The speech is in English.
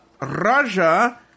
Raja